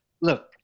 look